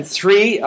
three